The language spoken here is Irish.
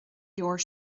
leabhair